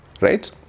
right